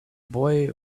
boy